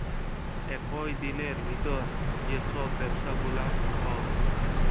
একই দিলের ভিতর যেই সব ব্যবসা গুলা হউ